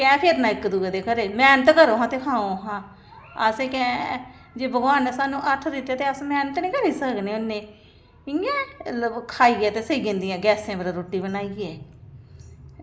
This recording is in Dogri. केंह् फिरना इक दूए दे घरें च मैह्नत करो हां ते खाओ हां असें केंह् जे भगवान ने सानूं हत्थ दित्ते दे ते अस मैह्नत निं करी सकने होन्ने इ'यां गै खाइयै ते सेई जंदियां गैसें पर रुट्टी बनाइयै